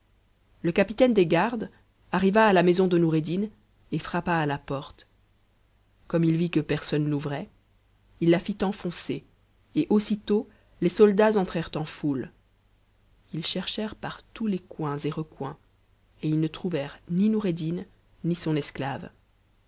le capitaine des gardes arriva à la maison de noureddin et frappa à h porte comme il vit que personne n'ouvrait il la fit enfoncer et aussitôt les soldats entrèrent en foule ils cherchèrent par tous les coins et recoins et ils ne trouvèrent ni noureddin ni son esclave